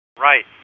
Right